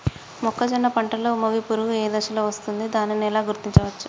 మొక్కజొన్న పంటలో మొగి పురుగు ఏ దశలో వస్తుంది? దానిని ఎలా గుర్తించవచ్చు?